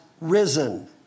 risen